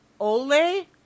Ole